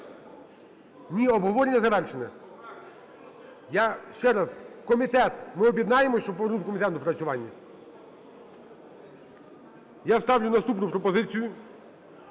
Ні, обговорення завершене. Я ще раз: в комітет. Ми об'єднаємося, щоб повернути в комітет на доопрацювання. Я ставлю наступну пропозицію: